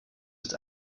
ist